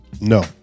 No